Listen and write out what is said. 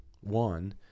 One